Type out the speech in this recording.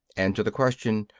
and to the question,